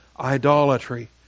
Idolatry